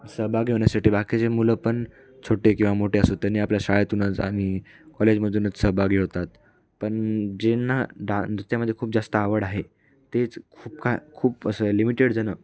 सहभागी होण्यासाठी बाकीचे मुलंपण छोटे किंवा मोठे असो त्यांनी आपल्या शाळेतूनच आणि कॉलेजमधूनच सहभागी होतात पण ज्याना डान नृत्यामध्ये खूप जास्त आवड आहे तेच खूप का खूप असं लिमिटेड जणं